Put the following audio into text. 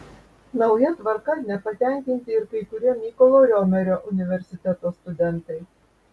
nauja tvarka nepatenkinti ir kai kurie mykolo romerio universiteto studentai